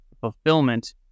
fulfillment